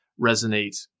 resonate